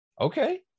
okay